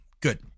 Good